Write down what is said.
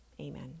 Amen